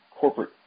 corporate